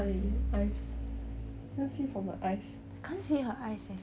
I can't see her eyes eh